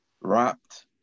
wrapped